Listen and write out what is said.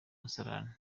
musarane